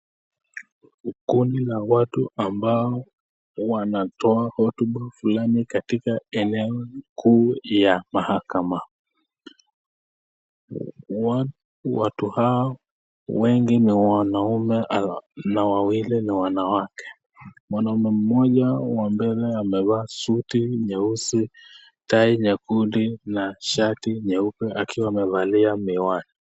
Kundi la watu ambao wanatoa hotuba fulani katika eneo kuu ya mahakama. Watu hao wengi ni wanaume na wawili ni wanawake. Mwanaume mmoja wa mbele amevaa suti nyeusi, tai nyekundu na shati nyeupe akiwa amevalia miwani.